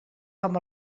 com